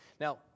Now